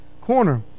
corner